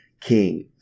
king